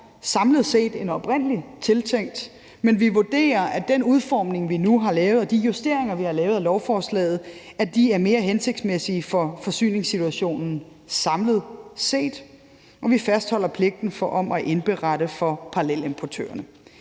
lagre end oprindelig tiltænkt, men vi vurderer, at den udformning, vi nu har lavet, og de justeringer, vi har lavet, af lovforslaget samlet set er mere hensigtsmæssige for forsyningssituationen, og vi fastholder pligten til at indberette for parallelimportørerne.